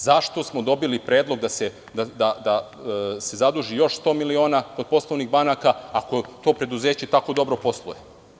Zašto smo dobili predlog da se zaduži još 100 miliona kod poslovnih banaka, ako to preduzeće tako dobro posluje?